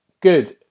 Good